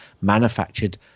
manufactured